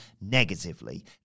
negatively